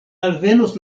alvenos